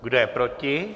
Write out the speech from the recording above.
Kdo je proti?